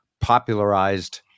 popularized